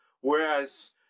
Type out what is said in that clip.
whereas